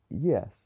Yes